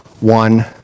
One